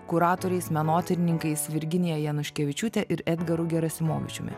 kuratoriais menotyrininkais virginija januškevičiūte ir edgaru gerasimovičiumi